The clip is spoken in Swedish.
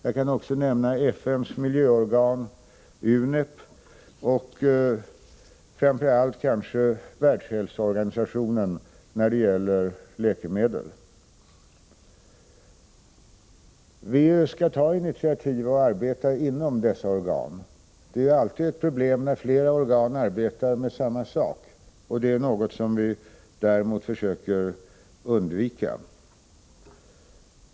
Jag kan också nämna FN:s miljöorgan UNEP och kanske framför allt Världshälsoorganisationen, när det gäller läkemedel. Vi skall ta initiativ och arbeta inom dessa organ. Det är däremot alltid ett problem när flera organ arbetar med samma sak, och det är något som vi försöker undvika.